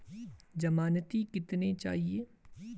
ज़मानती कितने चाहिये?